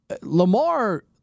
Lamar